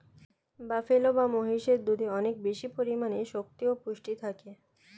buffalo বা মহিষের দুধে অনেক বেশি পরিমাণে শক্তি ও পুষ্টি থাকে